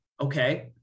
Okay